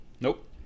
nope